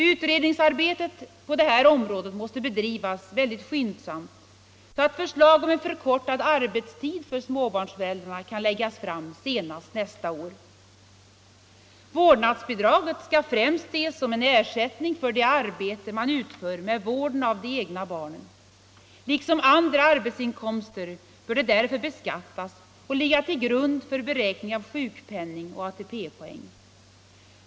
Utredningsarbetet på detta område måste bedrivas mycket skyndsamt så att förslag om förkortad arbetstid för småbarnsföräldrar kan läggas fram senast nästa år. Vårdnadsbidraget skall främst ses som en ersättning för det arbete som man utför med vården av de egna barnen. Liksom andra arbetsinkomster bör det därför beskattas och ligga till grund för beräkning av sjukpenning och ATP-poäng.